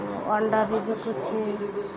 ଅଣ୍ଡା ବି ବିକୁଛି